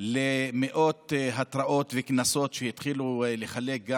ושל מאות התראות וקנסות שהתחילו לחלק,